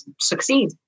succeed